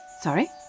Sorry